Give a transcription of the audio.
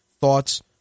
thoughts